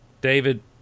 David